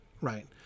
right